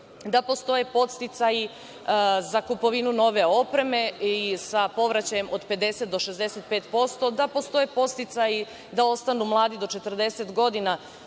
da postoje podsticaji za kupovinu nove opreme i sa povraćajem od 50 do 65%, da postoje podsticaji da ostanu mladi do 40 godina